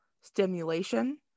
stimulation